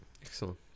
excellent